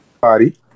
party